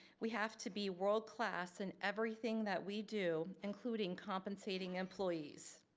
we have to be world class in everything that we do, including compensating employees.